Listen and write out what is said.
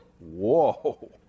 whoa